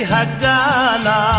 Hagana